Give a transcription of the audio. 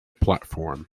platform